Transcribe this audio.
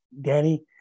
Danny